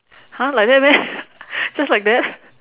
!huh! like that meh just like that